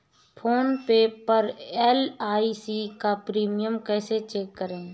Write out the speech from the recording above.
Phone पर LIC का premium कैसे चेक करें?